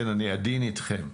אני עדין איתכם.